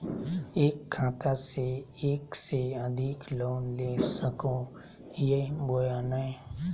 एक खाता से एक से अधिक लोन ले सको हियय बोया नय?